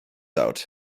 out